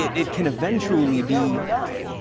it it can eventually be, you're not,